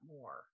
more